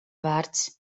vērts